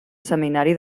seminari